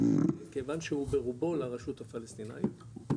מכיוון שהוא ברובו לרשות הפלסטינאית,